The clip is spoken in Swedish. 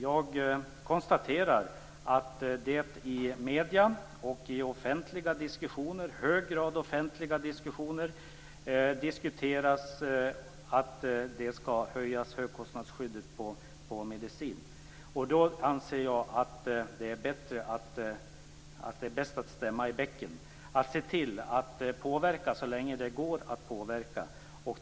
Jag konstaterar att det i medier och i offentliga diskussioner, i hög grad offentliga diskussioner, diskuteras att gränsen för högkostnadsskyddet på medicin skall höjas. Jag anser att det bäst att stämma i bäcken och se till att påverka så länge det går att göra det.